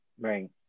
Right